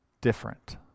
different